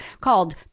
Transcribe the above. called